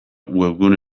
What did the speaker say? webgune